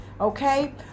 Okay